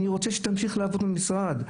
אני רוצה שתמשיך לעבוד במשרד".